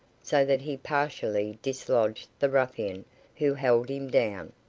so that he partially dislodged the ruffian who held him down.